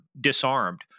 disarmed